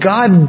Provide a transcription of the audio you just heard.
God